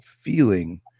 feeling